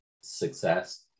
success